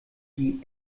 die